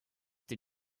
did